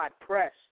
press